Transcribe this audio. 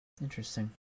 Interesting